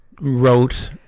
wrote